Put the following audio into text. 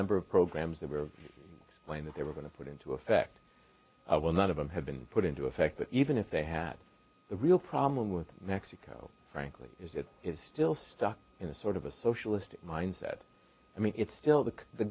number of programs that were of mine that they were going to put into effect when that of them had been put into effect that even if they had the real problem with mexico frankly is it is still stuck in a sort of a socialistic mindset i mean it's still the the